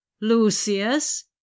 Lucius